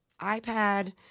iPad